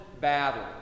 battle